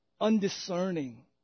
undiscerning